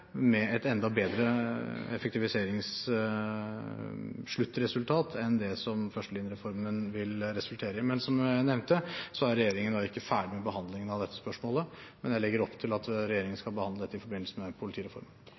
med et enda bedre effektiviseringssluttresultat enn det som førstelinjereformen vil resultere i. Som jeg nevnte, er ikke regjeringen ferdig med behandlingen av dette spørsmålet, men jeg legger opp til at regjeringen skal behandle dette i forbindelse med politireformen.